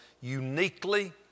uniquely